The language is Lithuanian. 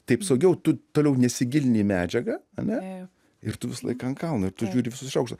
taip saugiau tu toliau nesigilini į medžiagą ane ir tu visą laiką an kalno ir tu žiūri visus iš aukšto